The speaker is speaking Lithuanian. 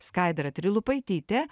skaidra trilupaitytė